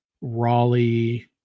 Raleigh